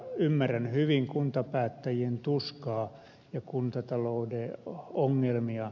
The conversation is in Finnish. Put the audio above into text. ymmärrän hyvin kuntapäättäjien tuskaa ja kuntatalouden ongelmia